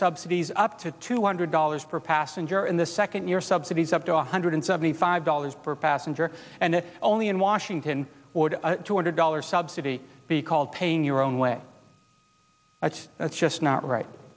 subsidies up to two hundred dollars per passenger in the second year subsidies up to one hundred seventy five dollars per passenger and only in washington two hundred dollars subsidy be called paying your own way that's just not right